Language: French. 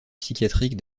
psychiatrique